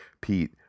Pete